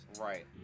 Right